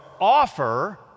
offer